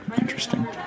Interesting